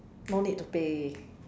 no need to pay